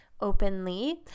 openly